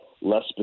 less